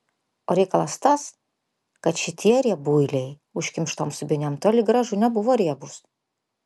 o reikalas tas kad šitie riebuiliai užkimštom subinėm toli gražu nebuvo riebūs